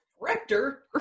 Rector